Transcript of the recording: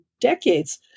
decades